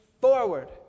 forward